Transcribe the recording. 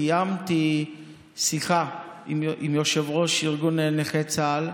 קיימתי שיחה עם יושב-ראש ארגון נכי צה"ל.